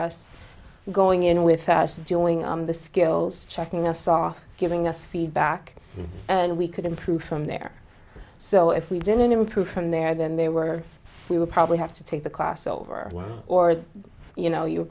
us going in with us doing on the skills checking us off giving us feedback and we could improve from there so if we didn't improve from there then there were fewer probably have to take the class over or you know you